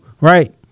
right